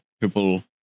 people